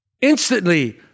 Instantly